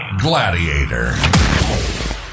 Gladiator